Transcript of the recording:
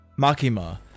Makima